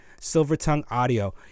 SilvertongueAudio